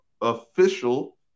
official